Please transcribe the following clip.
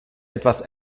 etwas